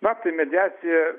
na apie mediaciją